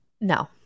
No